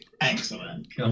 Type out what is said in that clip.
excellent